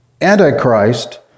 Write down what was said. Antichrist